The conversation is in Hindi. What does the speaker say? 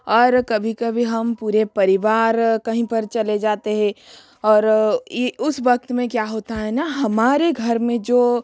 और कभी कभी हम पूरे परिवार कहीं पर चले जाते हैं और ये उस वक़्त में क्या होता है ना हमारे घर में जो